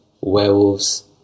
werewolves